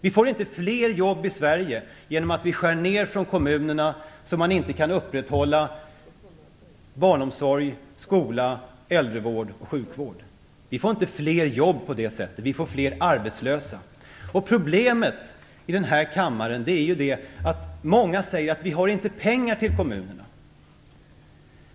Vi får inte fler jobb i Sverige genom att vi skär ned i kommunerna så att de inte kan upprätthålla barnomsorg, skola, äldrevård och sjukvård. Vi får inte fler jobb på det sättet. Vi får fler arbetslösa. Problemet i den här kammaren är att många säger att vi inte har pengar till kommunerna.